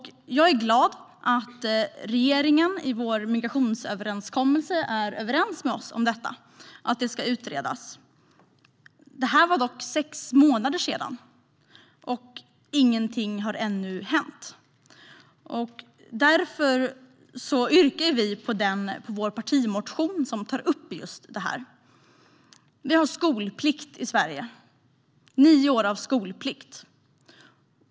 Jag är glad att regeringen i migrationsöverenskommelsen är överens med oss om att det ska utredas. Det har nu gått sex månader, och ingenting har ännu hänt. Därför yrkar vi på vår partimotion som tar upp just utbildningsplikten. Vi har nio års skolplikt i Sverige.